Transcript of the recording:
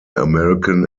american